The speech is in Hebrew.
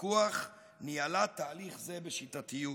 ופיקוח ניהלה תהליך זה בשיטתיות,